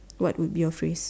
what would be your phrase